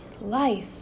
life